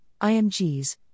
IMGs